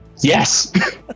yes